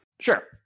Sure